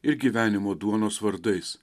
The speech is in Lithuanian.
ir gyvenimo duonos vardais